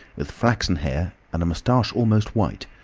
with flaxen hair and a moustache almost white,